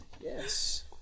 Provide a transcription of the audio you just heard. Yes